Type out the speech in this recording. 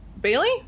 Bailey